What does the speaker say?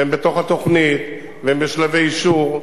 והן בתוך התוכנית והן בשלבי אישור.